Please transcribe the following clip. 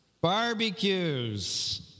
Barbecues